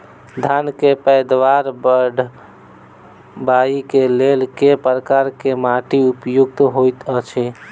धान केँ पैदावार बढ़बई केँ लेल केँ प्रकार केँ माटि उपयुक्त होइत अछि?